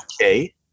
Okay